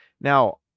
Now